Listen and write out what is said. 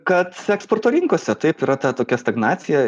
kad eksporto rinkose taip yra tokia stagnacija